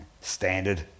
standard